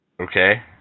Okay